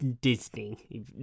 disney